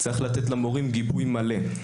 צריך לתת למורים גיבוי מלא.